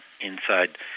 inside